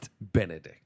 Benedict